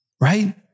right